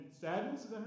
sadness